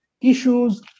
issues